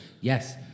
Yes